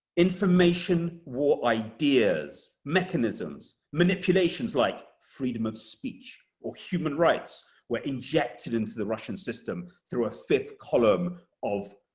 information war ideas, mechanisms, manipulations like freedom of speech or human rights were injected into the russian system through a fifth column of